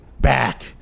back